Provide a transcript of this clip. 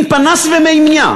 עם פנס ומימייה,